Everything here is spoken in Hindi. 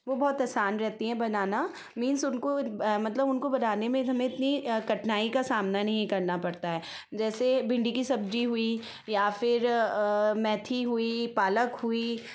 वो बहुत आसान रहती है बनाना मीन्स उनको मतलब उनको बनाने में हमें इतनी कठिनाई का सामना नहीं करना पड़ता है जैसे भिंडी की सब्जी हुई या फिर मेथी हुई पालक हुई